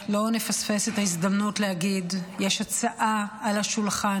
לא נפספס את ההזדמנות להגיד: יש הצעה על השולחן